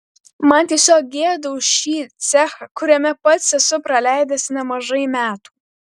man tiesiog gėda už šį cechą kuriame pats esu praleidęs nemažai metų